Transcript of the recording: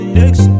next